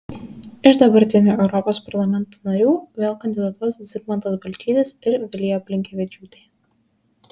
iš dabartinių europos parlamento narių vėl kandidatuos zigmantas balčytis ir vilija blinkevičiūtė